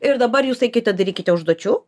ir dabar jūs eikite darykite užduočių